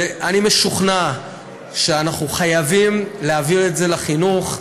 ואני משוכנע שאנחנו חייבים להעביר את זה לחינוך,